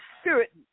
spirit